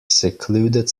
secluded